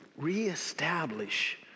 reestablish